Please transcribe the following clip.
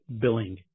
billing